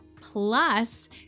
Plus